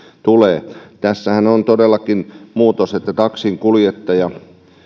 tulee tässähän on todellakin sellainen muutos että taksinkuljettaja